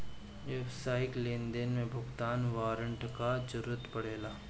व्यावसायिक लेनदेन में भुगतान वारंट कअ जरुरत पड़ेला